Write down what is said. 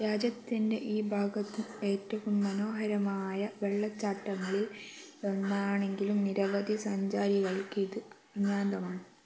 രാജ്യത്തിൻ്റെ ഈ ഭാഗത്ത് ഏറ്റവും മനോഹരമായ വെള്ളച്ചാട്ടങ്ങളിലൊന്നാണെങ്കിലും നിരവധി സഞ്ചാരികൾക്കിത് അജ്ഞാതമാണ്